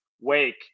Wake